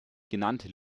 genannt